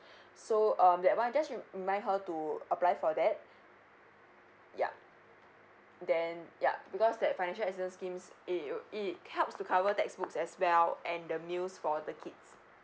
so um that one just remind her to apply for that yup then yup because that financial assistance scheme it it helps to cover textbook as well and the meals for the kids